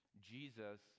Jesus